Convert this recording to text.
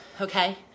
Okay